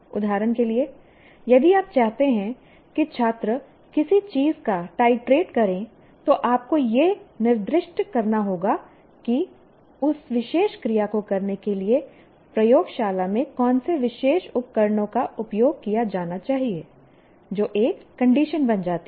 उदाहरण के लिए यदि आप चाहते हैं कि छात्र किसी चीज का टाइट्रेट करें तो आपको यह निर्दिष्ट करना होगा कि उस विशेष क्रिया को करने के लिए प्रयोगशाला में कौन से विशेष उपकरणों का उपयोग किया जाना चाहिए जो एक कंडीशन बन जाती है